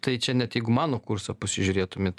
tai čia net jeigu mano kursą pasižiūrėtumėt